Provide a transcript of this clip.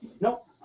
Nope